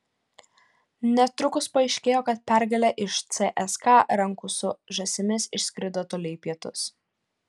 netrukus paaiškėjo kad pergalė iš cska rankų su žąsimis išskrido toli į pietus